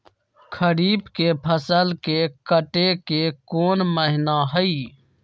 खरीफ के फसल के कटे के कोंन महिना हई?